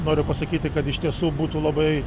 noriu pasakyti kad iš tiesų būtų labai